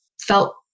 felt